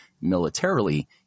militarily